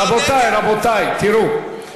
רבותי, רבותי, תראו,